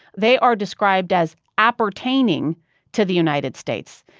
they are described as appertaining to the united states,